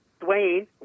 Dwayne